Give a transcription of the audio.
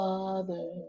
Father